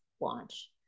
launch